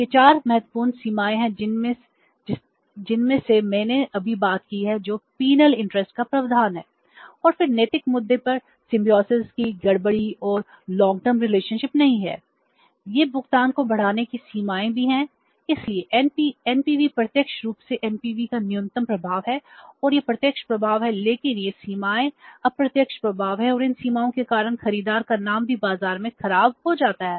ये भुगतान को बढ़ाने की सीमाएँ भी हैं इसलिए NPV प्रत्यक्ष रूप से NPV का न्यूनतम प्रभाव है और ये प्रत्यक्ष प्रभाव हैं लेकिन ये सीमाएँ अप्रत्यक्ष प्रभाव हैं और इन सीमाओं के कारण खरीदार का नाम भी बाज़ार में खराब हो जाता है